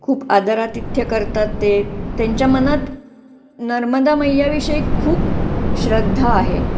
खूप आदरातिथ्य करतात ते त्यांच्या मनात नर्मदा मैयाविषयी खूप श्रद्धा आहे